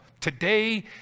Today